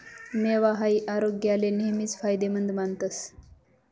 मेवा हाई आरोग्याले नेहमीच फायदेमंद मानतस